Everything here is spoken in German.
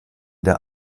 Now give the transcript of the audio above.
der